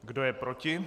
Kdo je proti?